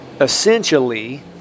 essentially